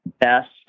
best